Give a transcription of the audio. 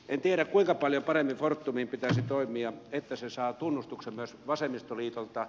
en tiedä kuinka paljon paremmin fortumin pitäisi toimia että se saa tunnustuksen myös vasemmistoliitolta